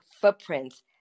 footprints